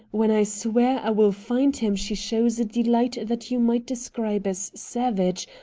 when i swear i will find him she shows a delight that you might describe as savage,